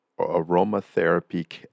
aromatherapy